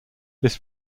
this